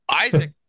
Isaac